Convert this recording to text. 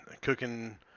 cooking